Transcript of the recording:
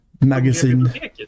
Magazine